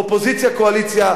אופוזיציה-קואליציה,